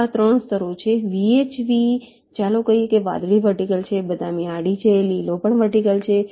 તો આ 3 સ્તરો છે VHV ચાલો કહીએ કે વાદળી વર્ટિકલ છે બદામી આડી છે લીલો પણ વર્ટિકલ છે